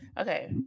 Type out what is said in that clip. okay